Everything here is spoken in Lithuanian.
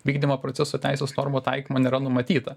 vykdymo proceso teisės normų taikymo nėra numatyta